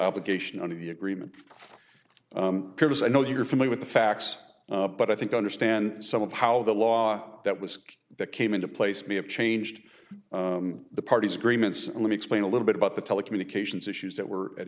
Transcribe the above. obligation under the agreement because i know you are familiar with the facts but i think i understand some of how the law that was that came into place may have changed the parties agreements and let me explain a little bit about the telecommunications issues that were at